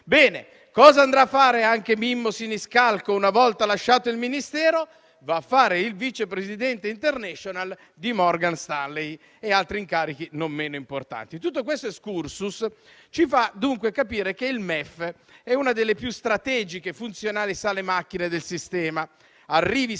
Bene, cosa andrà a fare anche Mimmo Siniscalco una volta lasciato il Ministero? Va a fare il vice presidente *international* di Morgan Stanley e a ricoprire altri incarichi non meno importanti. Tutto questo *exscursus* ci fa capire che il MEF è una delle più strategiche e funzionali sale macchine del sistema: arrivi se